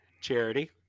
charity